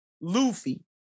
Luffy